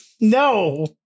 No